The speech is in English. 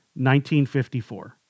1954